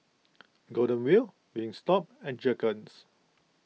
Golden Wheel Wingstop and Jergens